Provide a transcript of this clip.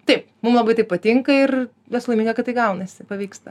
taip mum labai tai patinka ir esu laiminga kad tai gaunasi pavyksta